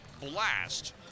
blast